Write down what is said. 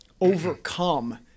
overcome